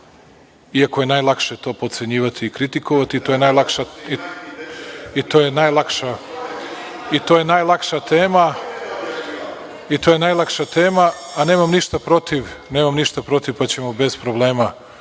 iako je najlakše to potcenjivati i kritikovati i to je najlakša tema, a nemam ništa protiv pa ćemo bez problema